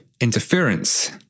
interference